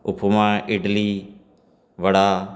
ਉਪਮਾ ਇਡਲੀ ਬੜਾ